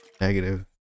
negative